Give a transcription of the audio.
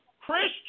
Christian